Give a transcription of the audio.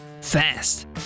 fast